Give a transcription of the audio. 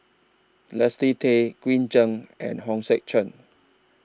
Leslie Tay Green Zeng and Hong Sek Chern